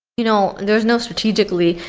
you know there's no strategically.